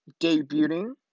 debuting